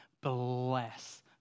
bless